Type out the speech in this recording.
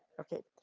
okay,